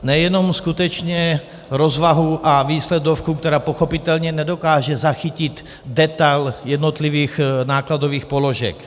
Nejenom skutečně rozvahu a výsledovku, která pochopitelně nedokáže zachytit detail jednotlivých nákladových položek.